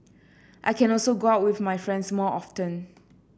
I can also go out with my friends more often